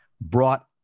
brought